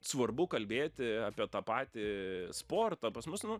svarbu kalbėti apie tą patį sportą pas mus nu